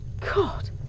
God